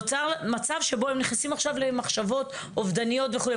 נוצר מצב שבו הם נכנסים עכשיו למחשבות אובדניות וכולי.